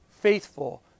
faithful